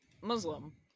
Muslim